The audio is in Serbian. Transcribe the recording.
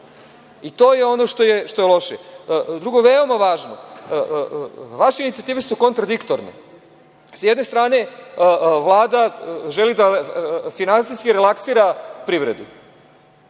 To je ono što je loše. Drugo veoma važno, vaše inicijative su kontradiktorne, sa jedne strane Vlada želi da finansijski relaksira privredu,